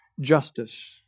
justice